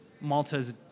Malta's